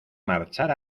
marchar